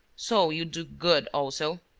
so you do good also?